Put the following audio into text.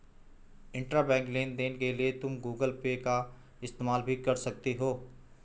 intrabank लेन देन के लिए तुम गूगल पे का इस्तेमाल भी कर सकती हो